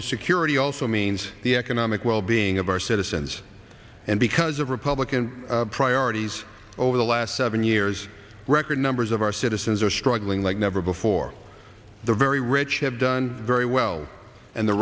the security also means the economic well being of our citizens and because of republican priorities over the last seven years record numbers of our citizens are struggling never before the very rich have done very well and the